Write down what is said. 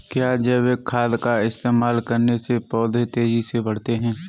क्या जैविक खाद का इस्तेमाल करने से पौधे तेजी से बढ़ते हैं?